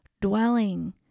dwelling